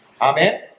Amen